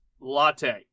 Latte